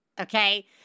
Okay